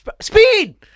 Speed